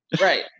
Right